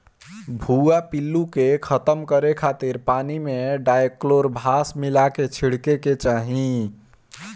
भुआ पिल्लू के खतम करे खातिर पानी में डायकलोरभास मिला के छिड़के के चाही